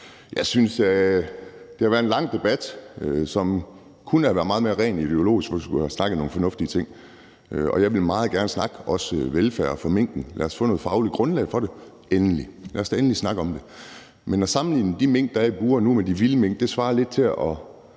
om. Det har været en lang debat, som kunne have været meget mere ideologisk, hvis vi kunne have snakket om nogle fornuftige ting, og jeg vil også meget gerne snakke om velfærd for minken. Lad os få et fagligt grundlag for det, og lad os da endelig snakke om det. Men at sammenligne de mink, der er i bure nu, med de vilde mink, svarer lidt til at